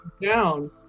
down